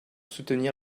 soutenir